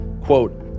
quote